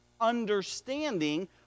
understanding